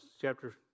chapter